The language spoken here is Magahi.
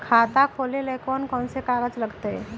खाता खोले ले कौन कौन कागज लगतै?